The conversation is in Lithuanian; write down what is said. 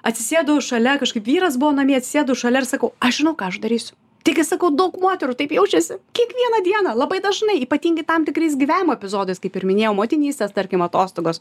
atsisėdau šalia kažkaip vyras buvo namie atsisėdu šalia ir sakau aš žinau ką aš darysiu taigi sakau daug moterų taip jaučiasi kiekvieną dieną labai dažnai ypatingai tam tikrais gyvenimo epizodais kaip ir minėjau motinystės tarkim atostogos